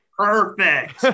perfect